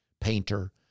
painter